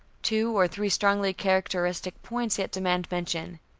two or three strongly characteristic points yet demand mention.